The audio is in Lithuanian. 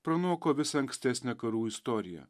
pranoko visą ankstesnę karų istoriją